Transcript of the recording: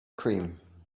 cream